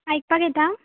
आयकपाक येता